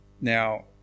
Now